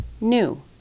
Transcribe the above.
new